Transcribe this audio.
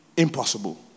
impossible